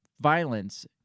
violence